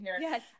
yes